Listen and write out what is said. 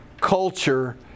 culture